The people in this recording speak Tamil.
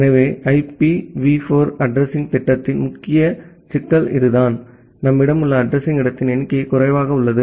எனவே ஐபிவி 4 அட்ரஸிங்த் திட்டத்தின் முக்கிய சிக்கல் இதுதான் நம்மிடம் உள்ள அட்ரஸிங் இடத்தின் எண்ணிக்கை குறைவாக உள்ளது